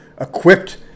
equipped